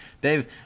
Dave